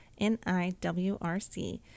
NIWRC